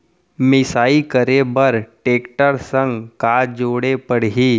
मिसाई करे बर टेकटर संग का जोड़े पड़ही?